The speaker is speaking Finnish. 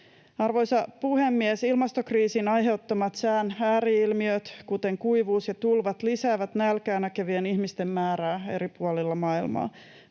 Arvoisa puhemies! Ilmastokriisin aiheuttamat sään ääri-ilmiöt, kuten kuivuus ja tulvat, lisäävät nälkäänäkevien ihmisten määrää eri puolilla maailmaa.